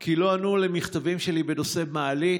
כי לא ענו על המכתבים שלי בנושא מעלית,